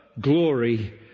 glory